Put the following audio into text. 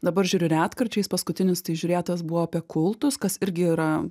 dabar žiūriu retkarčiais paskutinis tai žiūrėtas buvo apie kultus kas irgi yra